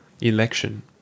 Election